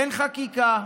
אין חקיקה,